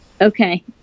Okay